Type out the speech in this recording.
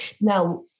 Now